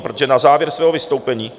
Protože na závěr svého vystoupení...